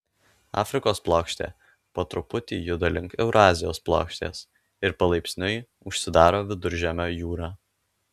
afrikos plokštė po truputį juda link eurazijos plokštės ir palaipsniui užsidaro viduržemio jūra